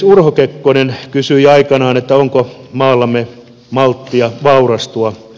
urho kekkonen kysyi aikanaan onko maallamme malttia vaurastua